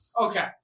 Okay